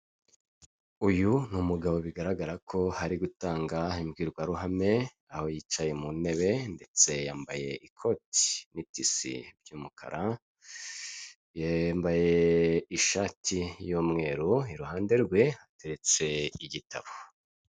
Uyu ni umugabo bigaragara ko ari gutanga imbwirwaruhame, aho yicaye mu ntebe ndetse yambaye ikoti n'itisi by'umukara, yambaye ishati y'umweru, iruhande rwe hateretse igitabo.